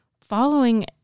following